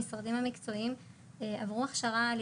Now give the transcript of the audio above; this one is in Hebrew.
המשרדים המקצועיים היה הסדר עם המשרדים המקצועיים שהם